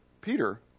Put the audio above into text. Peter